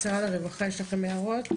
משרד הרווחה, יש לכם הערות?